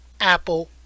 Apple